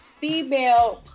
female